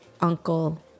Uncle